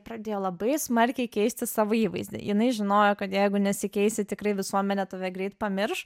pradėjo labai smarkiai keisti savo įvaizdį jinai žinojo kad jeigu nesikeisi tikrai visuomenė tave greit pamirš